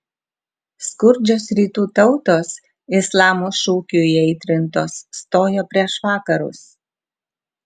skurdžios rytų tautos islamo šūkių įaitrintos stojo prieš vakarus